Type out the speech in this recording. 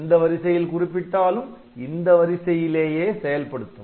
எந்த வரிசையில் குறிப்பிட்டாலும் இந்த வரிசையிலேயே செயல்படுத்தும்